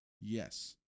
Yes